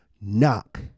Knock